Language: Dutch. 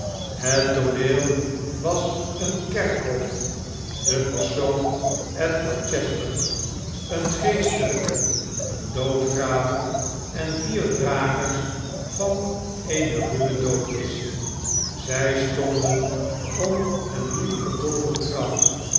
het tooneel was een kerkhof de personen edward chester een geestelijke een doodgraver en de vier dragers van eene ruwe doodkist zij stonden om een nieuw gedolven graf